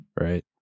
right